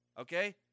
Okay